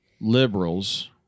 liberals